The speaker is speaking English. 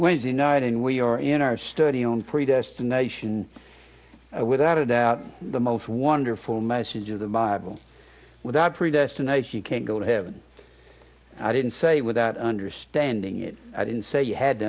wednesday night and we are in our study on predestination without a doubt the most wonderful message of the bible without predestinate she can't go to heaven i didn't say without understanding it i didn't say you had to